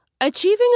Achieving